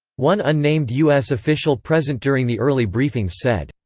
one unnamed u s. official present during the early briefings said,